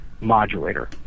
modulator